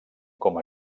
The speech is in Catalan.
com